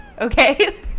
Okay